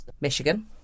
Michigan